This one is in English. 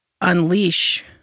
unleash